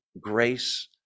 grace